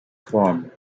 formed